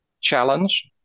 challenge